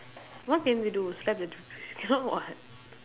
what can we do slap the cannot [what]